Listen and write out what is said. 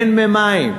הן מים.